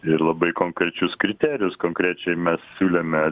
ir labai konkrečius kriterijus konkrečiai mes siūlėme